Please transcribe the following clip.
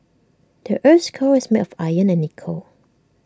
the Earth's core is made of iron and nickel